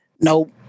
Nope